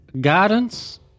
Guidance